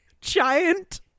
giant